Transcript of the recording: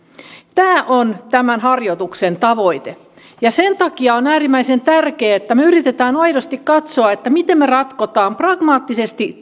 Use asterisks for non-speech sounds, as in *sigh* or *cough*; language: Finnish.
tämä on tämän harjoituksen tavoite ja sen takia on äärimmäisen tärkeätä että me yritämme aidosti katsoa miten me ratkomme pragmaattisesti *unintelligible*